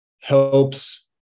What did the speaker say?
helps